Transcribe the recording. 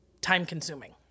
time-consuming